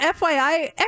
FYI